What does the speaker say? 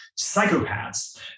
psychopaths